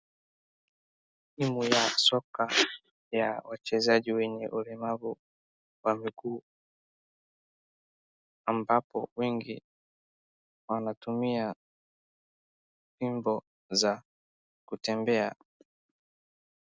Timu ya soka ya wachezaji wenye ulemavu wa miguu, ambapo wengi wanatumia fimbo za kutembea.